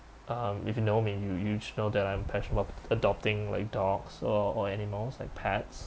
um if you know me you you should know that I'm passionate about adopting like dogs or or animals like pets